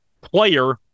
player